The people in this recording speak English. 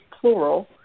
plural